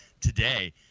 today